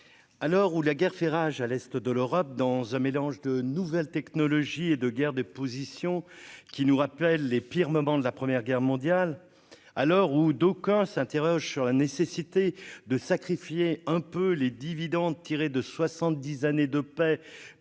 l'heure où la guerre fait rage à l'Est de l'Europe dans un mélange de nouvelles technologies et de guerre de positions qui nous rappelle les pires moments de la première guerre mondiale à l'heure où d'aucuns s'interrogent sur la nécessité de sacrifier un peu les dividendes tirés de 70 années de paix